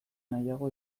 nahiago